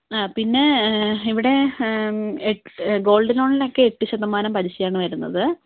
ആ പിന്നേ ഇവിടെ ഗോൾഡ് ലോണിനൊക്കെ എട്ട് ശതമാനം പലിശയാണ് വരുന്നത്